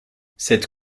cette